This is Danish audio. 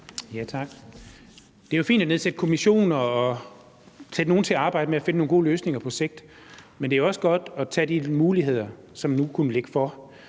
Dahl (DF): Det er jo fint at nedsætte kommissioner og sætte nogle til at arbejde med at finde nogle gode løsninger på sigt, men det er også godt at tage de muligheder, som nu kunne ligge for.